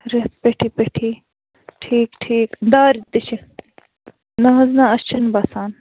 رٮ۪تھ پٮ۪ٹھی پٮ۪ٹھی ٹھیٖک ٹھیٖک ٹھیٖک دارِ تہِ چھِ نہَ حظ نہَ اَسہِ چھِنہٕ بَسان